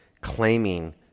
Claiming